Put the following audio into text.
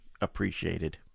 appreciated